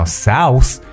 south，